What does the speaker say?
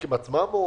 הבנקים עצמם?